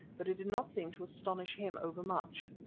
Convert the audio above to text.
but it did not seem to astonish him over-much.